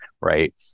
right